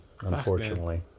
unfortunately